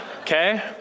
Okay